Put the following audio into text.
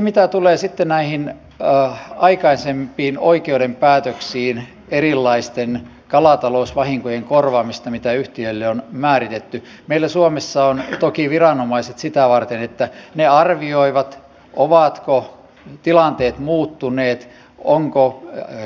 mitä tulee sitten näihin aikaisempiin oikeuden päätöksiin erilaisten kalatalousvahinkojen korvaamisesta mitä yhtiöille on määritetty meillä suomessa on toki viranomaiset sitä varten että ne arvioivat ovatko tilanteet muuttuneet ovatko